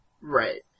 Right